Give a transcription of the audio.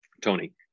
Tony